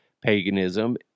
paganism